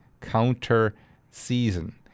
counter-season